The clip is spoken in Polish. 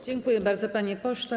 Dziękuję bardzo, panie pośle.